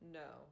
no